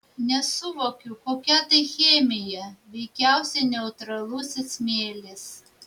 nesuvokiu kokia tai chemija veikiausiai neutralusis smėlis